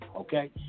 okay